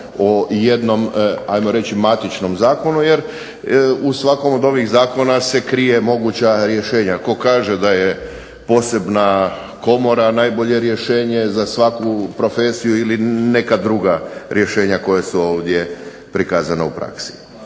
o jednom ajmo reći matičnom zakonu jer u svakom od ovih zakona se kriju moguća rješenja. Tko kaže da je posebna komora najbolje rješenje za svaku profesiju ili neka druga rješenja koja su ovdje prikazana u praksi.